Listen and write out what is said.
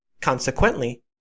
Consequently